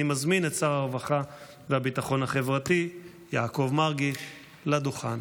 אני מזמין את שר הרווחה והביטחון החברתי יעקב מרגי לדוכן.